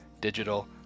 digital